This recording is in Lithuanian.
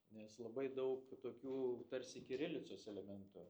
nes labai daug tokių tarsi kirilicos elementų